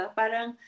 parang